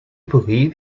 believe